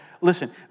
Listen